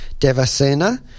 Devasena